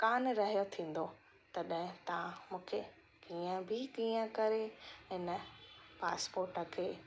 कान रहियो थींदो तॾहिं तव्हां मूंखे कीअं बि कीअं करे इन पासपोट खे